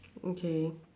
okay